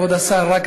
כבוד השר,